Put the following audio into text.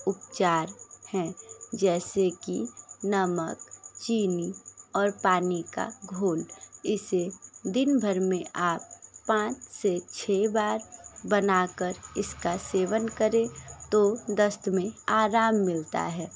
उपचार हैं जैसे कि नमक चीनी और पानी का घोल इसे दिन भर में आप पाँच से छः बार बनाकर इसका सेवन करें तो दस्त में आराम मिलता है